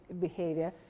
behavior